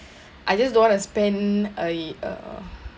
I just don't want to spend a uh